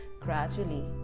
gradually